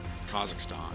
Kazakhstan